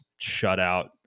shutout